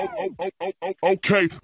okay